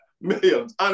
millions